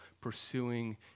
pursuing